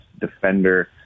defender